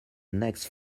next